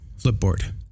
Flipboard